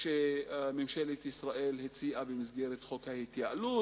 שממשלת ישראל הציעה במסגרת חוק ההתייעלות?